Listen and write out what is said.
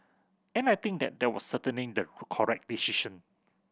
and I think that they were certain the correct decision